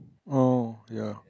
oh ya